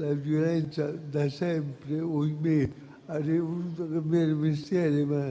la violenza da sempre; avrei voluto cambiare mestiere, ma